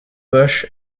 bush